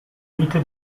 vite